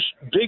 big